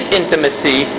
intimacy